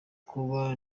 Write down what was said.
kuba